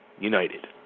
United